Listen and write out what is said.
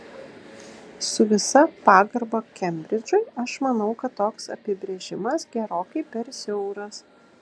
su visa pagarba kembridžui aš manau kad toks apibrėžimas gerokai per siauras